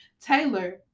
Taylor